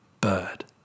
bird